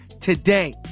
today